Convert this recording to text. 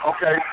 Okay